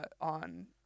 on